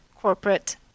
corporate